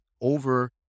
over